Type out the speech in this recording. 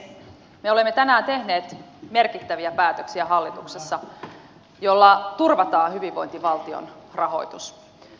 me olemme tänään tehneet merkittäviä päätöksiä hallituksessa joilla turvataan hyvinvointivaltion rahoitus